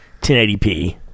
1080p